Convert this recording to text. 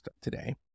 today